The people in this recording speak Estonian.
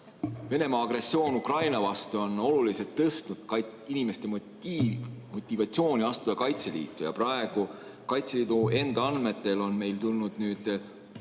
Venemaa agressioon Ukraina vastu on oluliselt tõstnud inimeste motivatsiooni astuda Kaitseliitu ja praegu Kaitseliidu enda andmetel on meil tulnud mai